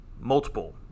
multiple